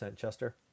Chester